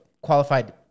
qualified